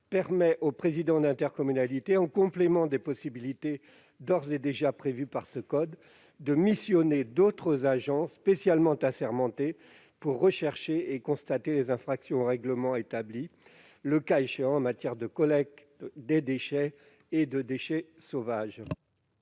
permettre au président de l'intercommunalité, en complément des possibilités d'ores et déjà prévues par ce code, de missionner d'autres agents spécialement assermentés pour rechercher et constater les infractions aux règlements établis, le cas échéant, en matière de collecte des déchets et de gestion des déchets sauvages.